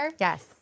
Yes